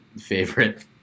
favorite